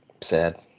sad